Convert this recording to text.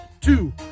two